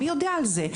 מי יודע על זה?